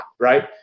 Right